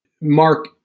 Mark